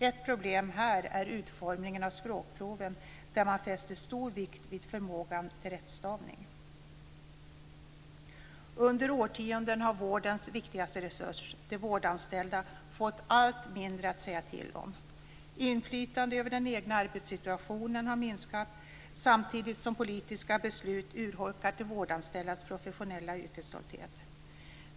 Ett problem här är utformningen av språkproven, där man fäster stor vikt vid förmågan till rättstavning. Under årtionden har vårdens viktigaste resurs - de vårdanställda - fått allt mindre att säga till om. Inflytandet över den egna arbetssituationen har minskat, samtidigt som politiska beslut urholkat de vårdanställdas professionella yrkesstolthet.